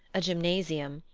a gymnasium,